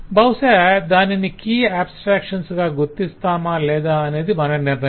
బహుశ దానిని key abstraction గా గుర్తిస్తామా లేదా అనేది మన నిర్ణయం